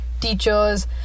teachers